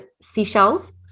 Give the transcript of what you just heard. seashells